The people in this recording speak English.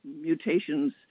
mutations